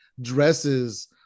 dresses